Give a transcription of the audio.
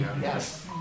yes